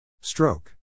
Stroke